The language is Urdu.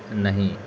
نہیں